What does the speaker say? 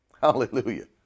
Hallelujah